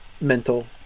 mental